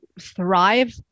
thrive